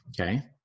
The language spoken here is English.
okay